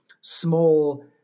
small